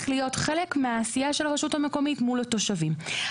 להיות חלק מהעשייה של הרשות המקומית מול התושבים.